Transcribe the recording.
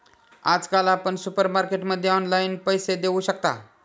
आजकाल आपण सुपरमार्केटमध्ये ऑनलाईन पैसे देऊ शकता